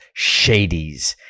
shadies